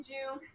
June